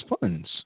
funds